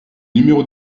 numéro